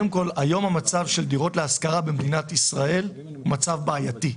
היום המצב של דירות להשכרה במדינת ישראל הוא בעייתי.